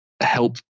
help